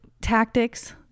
tactics